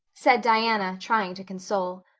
said diana, trying to console.